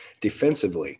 defensively